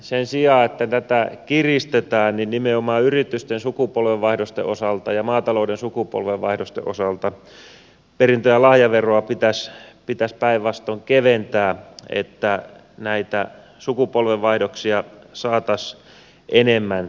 sen sijaan että tätä kiristetään nimenomaan yritysten sukupolvenvaihdosten osalta ja maatalouden sukupolvenvaihdosten osalta perintö ja lahjaveroa pitäisi päinvastoin keventää että näitä sukupolvenvaihdoksia saataisiin enemmän tehtyä